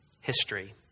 history